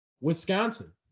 Wisconsin